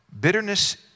Bitterness